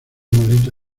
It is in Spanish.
maleta